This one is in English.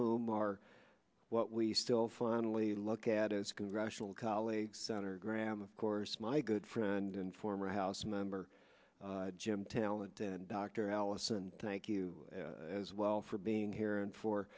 whom are what we still finally look at as congressional colleagues senator graham of course my good friend and former house member jim talent dr allison thank you as well for being here and fo